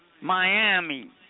Miami